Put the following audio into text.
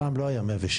פעם לא היה 106,